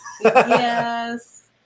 Yes